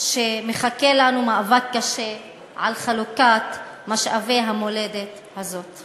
שמחכה לנו מאבק קשה על חלוקת משאבי המולדת הזאת.